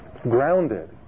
grounded